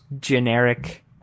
generic